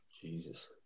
Jesus